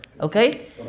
Okay